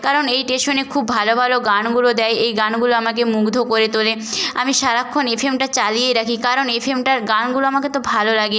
কারণ এই স্টেশনে খুব ভালো ভালো গানগুলো দেয় এই গানগুলো আমাকে মুগ্ধ করে তোলে আমি সারাক্ষণ এফএমটা চালিয়েই রাখি কারণ এফএমটার গানগুলো আমাকে এত ভালো লাগে